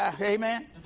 Amen